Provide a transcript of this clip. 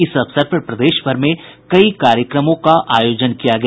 इस अवसर पर प्रदेश भर में कई कार्यक्रमों का आयोजन किया गया